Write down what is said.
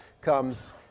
comes